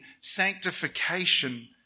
sanctification